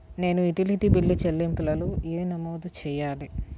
నేను utility bill చెల్లింపులను ఎలా నమోదు చేయాలి?